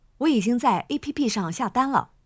我已经在APP上下单了。